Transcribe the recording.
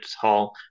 hall